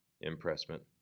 impressment